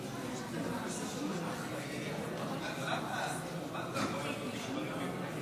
הכנסת, נעבור להצעה הבאה בסדר-היום.